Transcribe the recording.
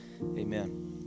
Amen